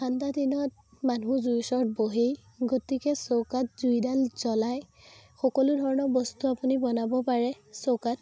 ঠাণ্ডা দিনত মানুহ জুইৰ ওচৰত বহেই গতিকে চৌকাত জুইডাল জ্বলাই সকলো ধৰণৰ বস্তু আপুনি বনাব পাৰে চৌকাত